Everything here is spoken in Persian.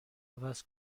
عوض